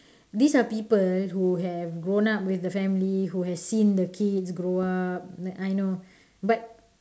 these are people who have grown up with the family who have seen the kids grow up I know but